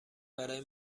برای